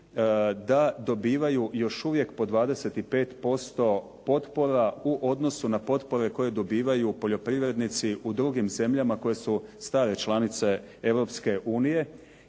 da dobivaju još uvijek po 25% potpora u odnosu na potpore koje dobivaju poljoprivrednici u drugim zemljama koje su stare članice